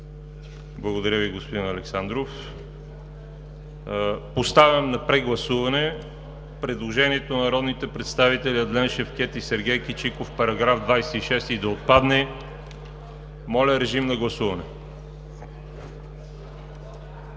Благодаря Ви, господин Александров. Поставям на прегласуване предложението на народните представители Адлен Шевкед и Сергей Кичиков § 26 да отпадне. Гласували